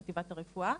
חטיבת הרפואה,